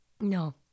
No